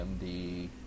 md